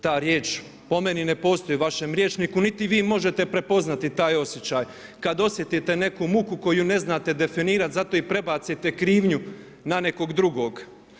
Ta riječ po meni ne postoji u vašem rječniku, niti vi možete prepoznati taj osjećaj, kada osjetite neku muku koju ne znate definirati, zato i prebacite krivnju na nekog drugog.